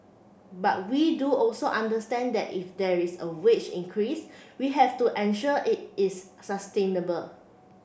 but we do also understand that if there is a wage increase we have to ensure it is sustainable